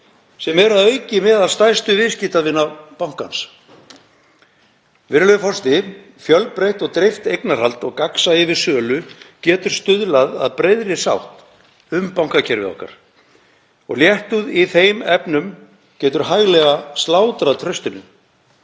sem eru að auki meðal stærstu viðskiptavina bankans. Virðulegur forseti. Fjölbreytt og dreift eignarhald og gagnsæi við sölu getur stuðlað að breiðri sátt um bankakerfið okkar. Léttúð í þeim efnum getur hæglega slátrað traustinu.